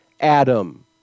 Adam